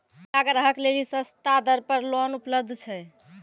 महिला ग्राहक लेली सस्ता दर पर लोन उपलब्ध छै?